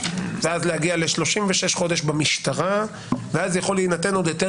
ואז להגיע ל-36 חודשים במשטרה ואז יכול להינתן עוד היתר